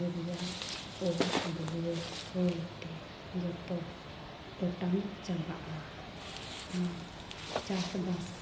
ᱟᱛᱩ ᱨᱮᱭᱟ ᱟᱲᱟᱜ ᱫᱩᱣᱟᱹᱨ ᱦᱚᱭᱛᱮ ᱡᱚᱛᱚ ᱚᱴᱟᱝ ᱪᱟᱵᱟᱜᱼᱟ ᱟᱨ ᱪᱟᱥ ᱵᱟᱥ